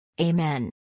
Amen